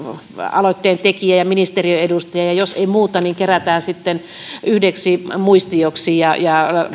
aloitteen tekijän ja ministeriön edustajien kesken ja jos ei muuta niin kerätään sitten yhdeksi muistioksi ja ja